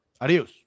Adios